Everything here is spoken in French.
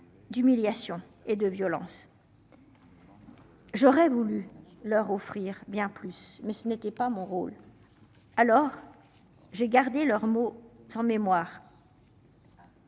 D'humiliation et de violence. J'aurais voulu leur offrir bien plus mais ce n'était pas mon rôle. Alors. J'ai gardé leurs mots en mémoire.